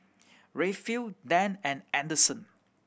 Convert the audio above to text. Rayfield Dann and Anderson